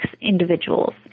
individuals